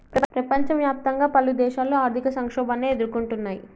ప్రపంచవ్యాప్తంగా పలుదేశాలు ఆర్థిక సంక్షోభాన్ని ఎదుర్కొంటున్నయ్